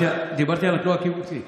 דיברתי על התנועה הקיבוצית.